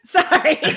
Sorry